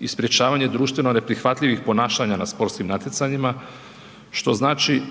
i sprječavanje društveno neprihvatljivih ponašanja na sportskim natjecanjima što znači